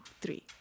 three